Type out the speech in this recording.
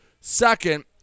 second